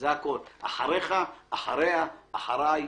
אחריך, אחריה,